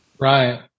Right